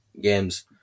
games